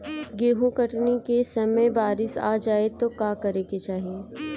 गेहुँ कटनी के समय बारीस आ जाए तो का करे के चाही?